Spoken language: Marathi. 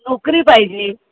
नोकरी पाहिजे